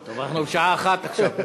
טוב, אנחנו בשעה 01:00 עכשיו.